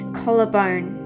collarbone